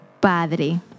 Padre